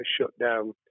shutdown